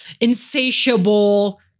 insatiable